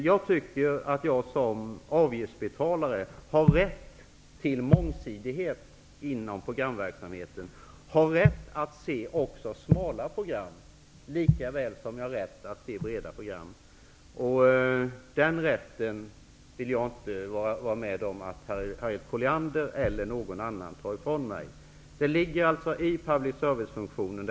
Jag tycker att jag såsom avgiftsbetalare har rätt till mångsidighet inom programverksamheten och har rätt att se smala program lika väl som breda program. Den rätten vill jag inte vara med om att Harriet Colliander eller någon annan tar ifrån mig. Att visa varierande program ligger i public servicefunktionen.